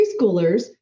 Preschoolers